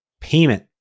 payment